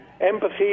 empathy